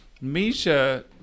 misha